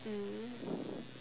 mm